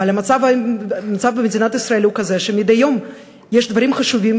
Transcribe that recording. אבל המצב במדינת ישראל הוא כזה שמדי יום יש דברים חשובים,